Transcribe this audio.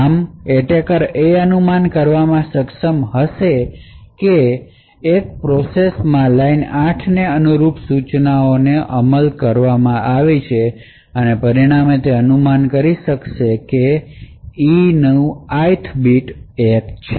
આમ એટેકર એ અનુમાન કરવામાં સક્ષમ હશે કે 1 પ્રોસેસ માં લાઇન 8 ને અનુરૂપ સૂચનાઓ અમલ કરી છે અને પરિણામે તે અનુમાન કરી શકે છે કે E Ith બીટ 1 છે